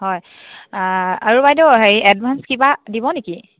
হয় আৰু বাইদেউ হেৰি এডভাঞ্চ কিবা দিব নেকি